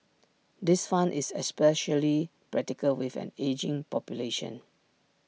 this fund is especially practical with an ageing population